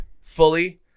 fully